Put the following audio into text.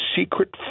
secret